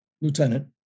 lieutenant